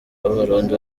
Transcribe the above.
b’abarundi